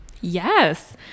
Yes